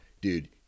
dude